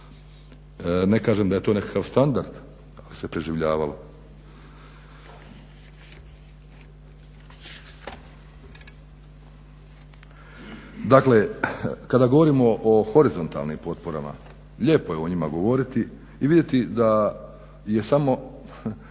Ne kažem da je to nekakav standard. Ali se preživljavalo. Dakle, kada govorimo o horizontalnim potporama lijepo je o njima govoriti i vidjeti da je samo,